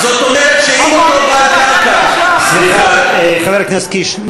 שאם אותו בעל קרקע, סליחה, חבר הכנסת קיש.